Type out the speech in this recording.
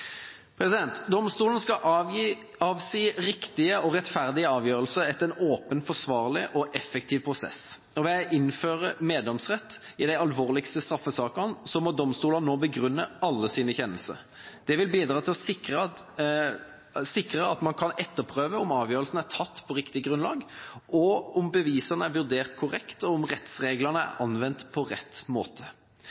styrkes. Domstolen skal avsi riktige og rettferdige avgjørelser etter en åpen, forsvarlig og effektiv prosess, og ved å innføre meddomsrett i de alvorligste straffesakene må domstolen nå begrunne alle sine kjennelser. Det vil bidra til å sikre at man kan etterprøve om avgjørelsen er tatt på riktig grunnlag, om bevisene er vurdert korrekt, og om rettsreglene er